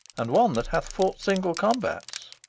and one that hath fought single combats.